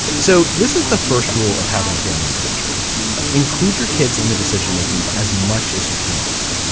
so this is the first rule of having a family adventure include your kids in the decision making as much as you can.